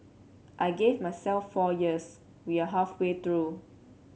I gave myself four years we are halfway through